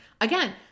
Again